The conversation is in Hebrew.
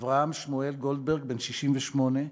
אברהם שמואל גולדברג, בן 68,